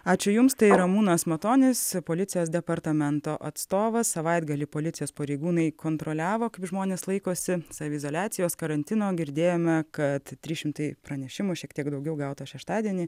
ačiū jums tai ramūnas matonis policijos departamento atstovas savaitgalį policijos pareigūnai kontroliavo kaip žmonės laikosi saviizoliacijos karantino girdėjome kad trys šimtai pranešimų šiek tiek daugiau gauta šeštadienį